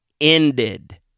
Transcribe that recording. ended